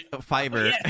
Fiber